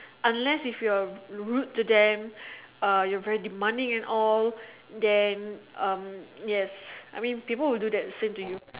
unless if you're rude to them uh you're very demanding and all then yes people would do that same thing to you